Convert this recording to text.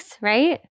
right